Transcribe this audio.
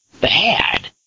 bad